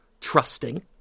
trusting